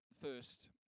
first